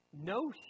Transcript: no